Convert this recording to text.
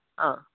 ആ